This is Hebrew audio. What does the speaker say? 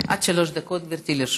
עד שלוש דקות, גברתי, לרשותך.